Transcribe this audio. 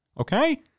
Okay